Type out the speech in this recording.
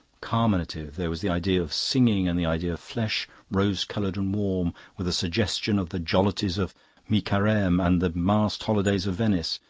carminative there was the idea of singing and the idea of flesh, rose-coloured and warm, with a suggestion of the jollities of mi-careme and the masked holidays of venice.